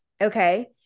Okay